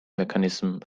mechanism